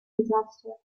disaster